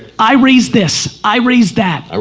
i raised this, i raised that. i